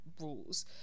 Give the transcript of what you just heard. rules